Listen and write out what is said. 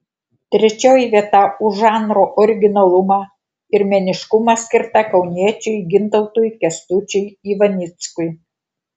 trečioji vieta už žanro originalumą ir meniškumą skirta kauniečiui gintautui kęstučiui ivanickui